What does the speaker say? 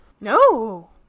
No